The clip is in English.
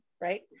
right